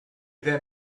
then